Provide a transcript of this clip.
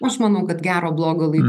aš manau kad gero blogo laiko